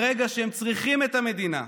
ברגע שהם צריכים את המדינה.